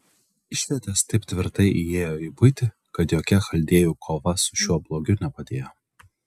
išvietės taip tvirtai įėjo į buitį kad jokia chaldėjų kova su šiuo blogiu nepadėjo